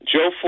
Joe